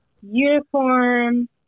uniform